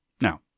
Now